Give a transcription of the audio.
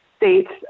states